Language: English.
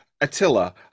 Attila